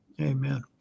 Amen